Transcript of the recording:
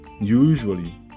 usually